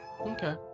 okay